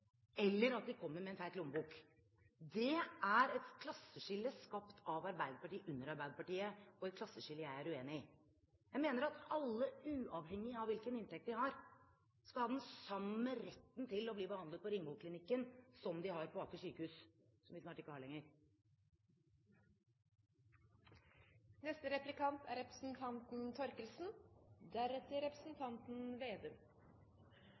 eller en fet lommebok. Det er et klasseskille skapt av Arbeiderpartiet under Arbeiderpartiet, og et klasseskille jeg er uenig i. Jeg mener at alle, uavhengig av hvilken inntekt de har, skal ha den samme retten til å bli behandlet på Ringvoll Klinikken som de har på Aker sykehus, som vi snart ikke har lenger. Jeg tror sannelig at representanten